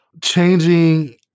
changing